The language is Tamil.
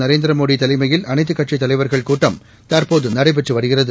நரேந்திர மோடி தலைமயில் அனைத்துக் கட்சித் தலைவர்கள் கூட்டம் தற்போது நடைபெற்று வருகிறது